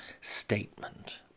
statement